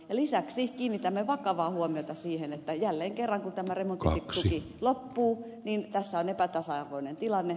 lisäksi kiinnitämme vakavaa huomiota siihen että jälleen kerran kun tämä remonttituki loppuu tässä on epätasa arvoinen tilanne